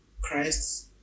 Christ